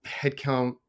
headcount